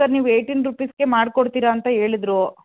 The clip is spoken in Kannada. ಸರ್ ನೀವು ಎಯ್ಟೀನ್ ರುಪೀಸಿಗೆ ಮಾಡ್ಕೊಡ್ತೀರ ಅಂತ ಹೇಳುದ್ರೂ